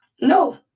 No